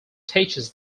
teaches